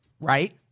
right